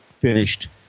finished